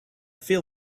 feel